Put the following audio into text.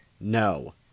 No